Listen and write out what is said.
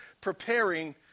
preparing